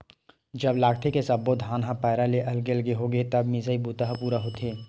जब लागथे के सब्बो धान ह पैरा ले अलगे होगे हे तब मिसई बूता ह पूरा होथे